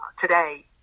today